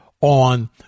on